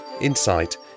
insight